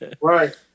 Right